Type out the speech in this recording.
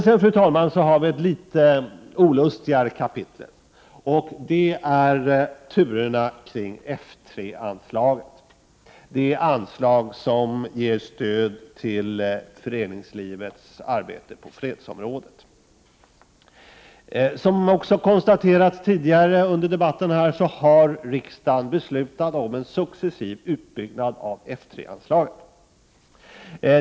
Sedan, fru talman, har vi ett något olustigare kapitel, och det gäller turerna kring F 3-anslaget, det anslag som ger stöd till föreningslivets arbete på fredsområdet. Som konstaterats tidigare under debatten har riksdagen beslutat om en successiv utbyggnad av F 3-anslaget.